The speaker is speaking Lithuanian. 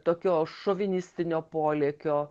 tokio šovinistinio polėkio